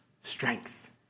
Strength